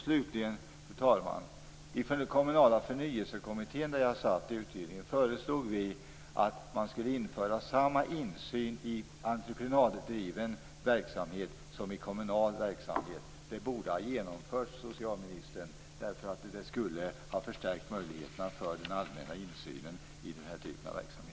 Slutligen, fru talman, har vi i den kommunala förnyelsekommittén föreslagit att man skall införa samma insyn i entreprenaddriven verksamhet som i kommunal verksamhet. Det borde ha genomförts, socialministern, därför att det skulle ha förstärkt möjligheterna till allmän insyn i den här typen av verksamhet.